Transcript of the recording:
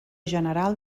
general